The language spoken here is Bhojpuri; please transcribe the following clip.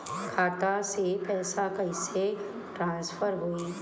खाता से पैसा कईसे ट्रासर्फर होई?